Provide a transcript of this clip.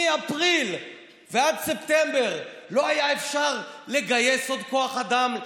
מאפריל ועד ספטמבר לא היה אפשר לגייס עוד כוח אדם,